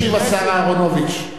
ישיב השר אהרונוביץ.